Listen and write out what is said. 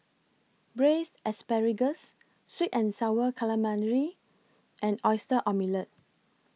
Braised Asparagus Sweet and Sour Calamari and Oyster Omelette